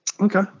Okay